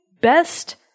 best